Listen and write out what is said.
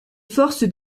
forces